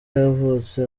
yavutse